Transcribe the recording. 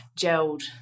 gelled